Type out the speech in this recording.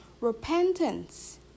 Repentance